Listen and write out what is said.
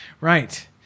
Right